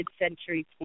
mid-century